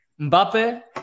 Mbappe